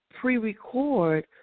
pre-record